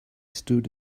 stood